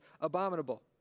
abominable